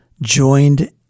joined